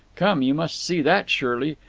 come, you must see that, surely!